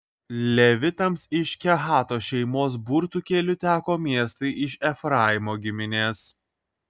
levitams iš kehato šeimos burtų keliu teko miestai iš efraimo giminės